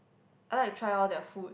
I like try all their food